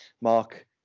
Mark